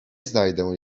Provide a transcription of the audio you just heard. znajdę